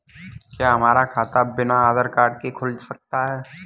क्या हमारा खाता बिना आधार कार्ड के खुल सकता है?